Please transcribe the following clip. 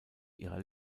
ihrer